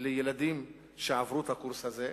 לילדים שעברו את הקורס הזה,